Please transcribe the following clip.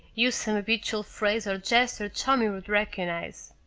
use some habitual phrase or gesture tommy would recognize.